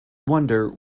wonder